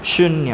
शुन्य